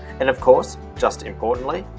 and of course, just importantly,